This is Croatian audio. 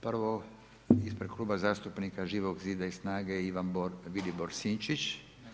Prvo ispred Kluba zastupnika Živog zida i SNAGA-e Ivan Vilibor Sinčić.